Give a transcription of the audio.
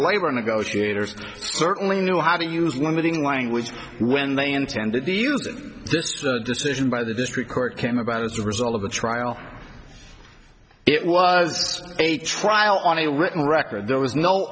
labor negotiators certainly knew how to use limiting language when they intended the use of this decision by the district court came about as a result of the trial it was a trial on a written record there was no